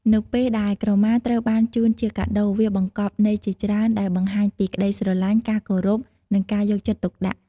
នៅពេលដែលក្រមាត្រូវបានជូនជាកាដូ វាបង្កប់ន័យជាច្រើនដែលបង្ហាញពីក្ដីស្រលាញ់ ការគោរព និងការយកចិត្តទុកដាក់។